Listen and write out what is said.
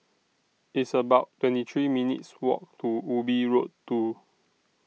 It's about twenty three minutes' Walk to Ubi Road two